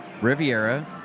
riviera